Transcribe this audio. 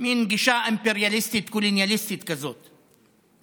מין גישה אימפריאליסטית קולוניאליסטית כזו.